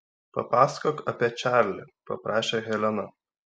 papasakok apie čarlį paprašė helena